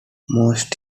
most